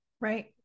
Right